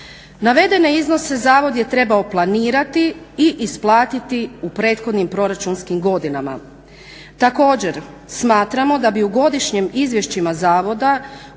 Navedene iznose zavod je trebao planirati i isplatiti u prethodnim proračunskim godinama. Također, smatramo da bi u godišnjim izvješćima zavoda u dijelu